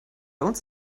uns